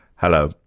hello,